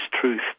truth